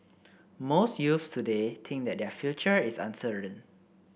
most youths today think that their future is uncertain